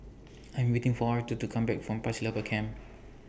I'm waiting For Arther to Come Back from Pasir Laba Camp